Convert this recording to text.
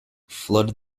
flood